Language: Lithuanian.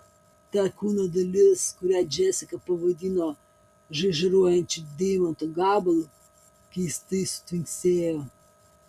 ta kūno dalis kurią džesika pavadino žaižaruojančiu deimanto gabalu keistai sutvinksėjo